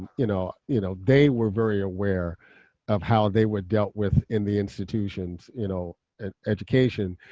you know you know they were very aware of how they were dealt with in the institutions, you know and education,